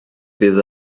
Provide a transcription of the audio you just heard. fydd